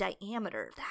diameter